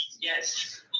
Yes